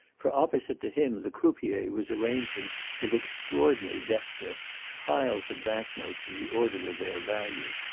for opposite to him the croupier was arranging with extraordinary deftness piles of bank-notes in the order of their value.